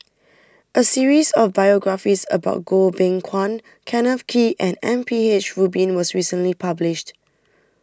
a series of biographies about Goh Beng Kwan Kenneth Kee and M P H Rubin was recently published